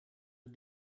een